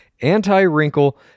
anti-wrinkle